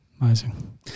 Amazing